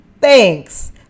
Thanks